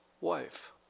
wife